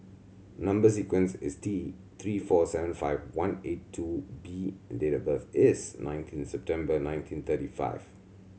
number sequence is T Three four seven five one eight two B and date of birth is nineteen September nineteen thirty five